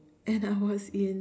and I was in